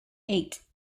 eight